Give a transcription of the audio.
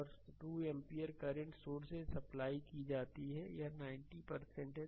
और 2 ampere current source से supply की जाती है यह 90 है